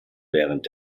während